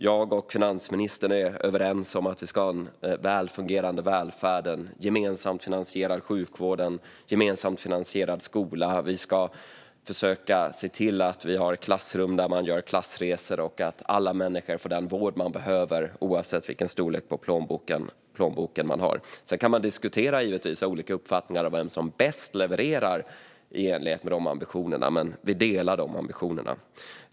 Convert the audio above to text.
Jag och finansministern är överens om att vi ska ha en välfungerande välfärd, en gemensamt finansierad sjukvård och en gemensamt finansierad skola, att vi ska försöka se till att vi har klassrum där man gör klassresor och att alla människor ska få den vård de behöver, oavsett vilken storlek på plånboken de har. Sedan kan vi givetvis diskutera och ha olika uppfattningar om vem som bäst levererar i enlighet med ambitionerna, men vi delar dessa ambitioner.